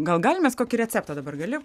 gal galim mes kokį receptą dabar gali